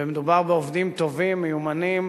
ומדובר בעובדים טובים, מיומנים